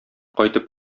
кайтып